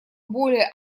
более